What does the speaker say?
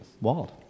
wild